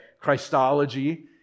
Christology